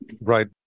right